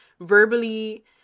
verbally